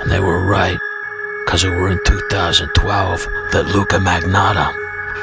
and they were right cuz we were in two thousand and twelve that luka magnotta